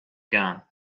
gun